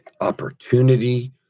opportunity